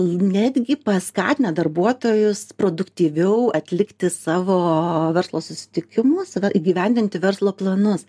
netgi paskatina darbuotojus produktyviau atlikti savo verslo susitikimus va įgyvendinti verslo planus